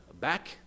back